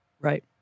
Right